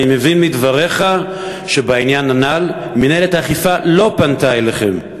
אני מבין מדבריך שבעניין הנ"ל מינהלת האכיפה לא פנתה אליכם.